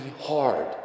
hard